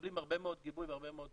ומקבלים הרבה מאוד גיבוי ותמיכה.